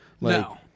No